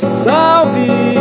salve